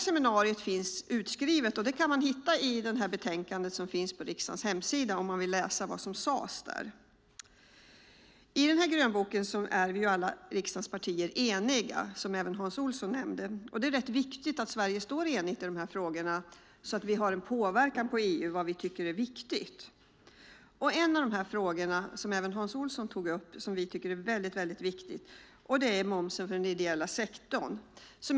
Seminariet finns utskrivet, och det kan man hitta i utlåtandet som finns på riksdagens hemsida om man vill läsa vad som sades. I grönboken är alla riksdagspartiet eniga, som Hans Olsson nämnde. Det är viktigt att Sverige står enigt i de här frågorna så att vi kan påverka EU i det som vi tycker är viktigt. En fråga som vi tycker är väldigt viktig är frågan om moms för den ideella sektorn.